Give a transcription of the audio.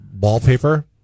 wallpaper